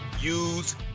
use